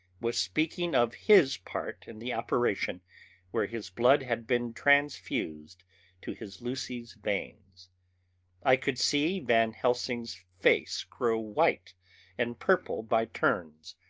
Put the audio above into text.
was speaking of his part in the operation where his blood had been transfused to his lucy's veins i could see van helsing's face grow white and purple by turns.